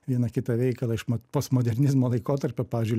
vieną kitą veikalą iš mod postmodernizmo laikotarpio pavyzdžiui